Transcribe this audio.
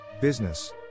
Business